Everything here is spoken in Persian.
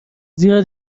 زیرا